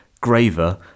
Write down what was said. graver